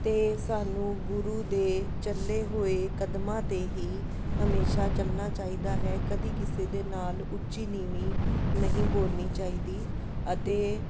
ਅਤੇ ਸਾਨੂੰ ਗੁਰੂ ਦੇ ਚੱਲੇ ਹੋਏ ਕਦਮਾਂ 'ਤੇ ਹੀ ਹਮੇਸ਼ਾ ਚੱਲਣਾ ਚਾਹੀਦਾ ਹੈ ਕਦੇ ਕਿਸੇ ਦੇ ਨਾਲ ਉੱਚੀ ਨੀਵੀਂ ਨਹੀਂ ਬੋਲਣੀ ਚਾਹੀਦੀ ਅਤੇ